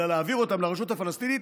אלא להעביר אותם לרשות הפלסטינית,